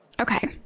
okay